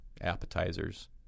appetizers